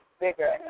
bigger